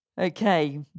Okay